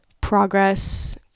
progress